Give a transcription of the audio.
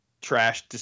trash